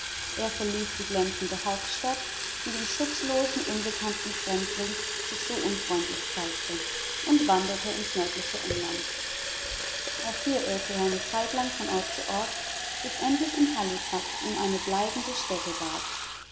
er verließ die glänzende hauptstadt die dem schutzlosen unbekannten fremdling sich so unfreundlich zeigte und wanderte ins nördliche england auch hier irrte er eine zeitlang von ort zu ort bis endlich in halifax ihm eine bleibende stätte ward